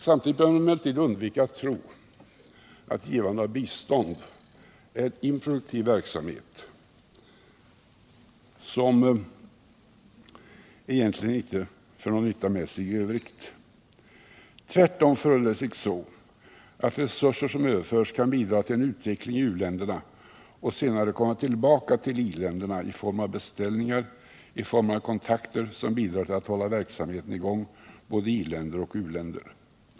Samtidigt bör man emellertid undvika att tro att givande av bistånd är en improduktiv verksamhet, som egentligen inte för någon nytta med sig i övrigt. Tvärtom förhåller det sig så att resurser som överförs kan bidra till en utveckling i u-länderna och sedan komma tillbaka till i-länderna i form av beställningar och kontakter, som bidrar till att hålla verksamheten i gång både i i-länder och i u-länder.